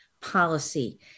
policy